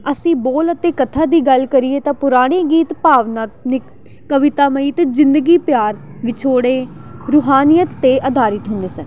ਅਸੀਂ ਬੋਲ ਅਤੇ ਕਥਾ ਦੀ ਗੱਲ ਕਰੀਏ ਤਾਂ ਪੁਰਾਣੇ ਗੀਤ ਭਾਵਨਾਤਮਿਕ ਕਵਿਤਾਮਈ ਅਤੇ ਜ਼ਿੰਦਗੀ ਪਿਆਰ ਵਿਛੋੜੇ ਰੂਹਾਨੀਅਤ 'ਤੇ ਅਧਾਰਿਤ ਹੁੰਦੇ ਸਨ